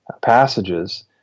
passages